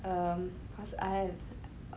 um because I've